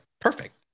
perfect